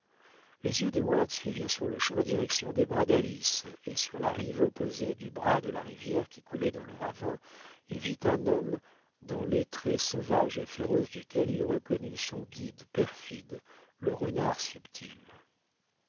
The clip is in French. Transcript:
les yeux d'heyward suivirent sur-le-champ la direction des bras d'alice et sur la rive opposée du bras de la rivière qui coulait dans le ravin il vit un homme dans les traits sauvages et féroces duquel il reconnut son guide perfide le renard subtil